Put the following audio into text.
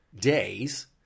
days